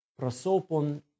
prosopon